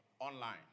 online